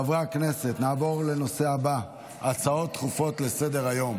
חברי הכנסת, נעבור להצעה לסדר-היום